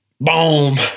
Boom